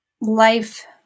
life